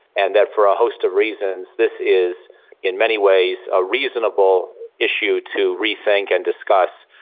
and that for a host of reasons this is in many ways a reasonable issue to rethink and discuss,